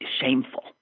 shameful